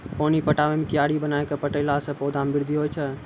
पानी पटाबै मे कियारी बनाय कै पठैला से पौधा मे बृद्धि होय छै?